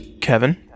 Kevin